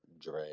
dre